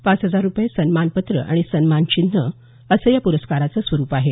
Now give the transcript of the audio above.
पाच हजार रुपये सन्मानपत्र आणि सन्मानचिन्ह असं या प्रस्काराचं स्वरूप आहे